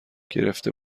گرفته